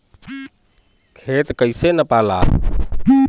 खेत कैसे नपाला?